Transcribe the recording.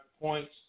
points